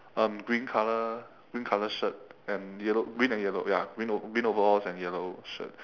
um green colour green colour shirt and yellow green and yellow ya green ov~ green overalls and yellow shirt